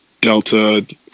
Delta